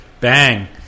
Bang